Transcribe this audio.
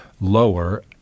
lower